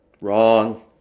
Wrong